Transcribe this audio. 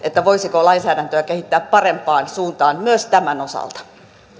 voisiko lainsäädäntöä kehittää parempaan suuntaan myös tämän osalta